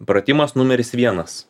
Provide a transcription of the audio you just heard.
pratimas numeris vienas